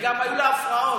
וגם היו לו הפרעות.